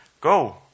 Go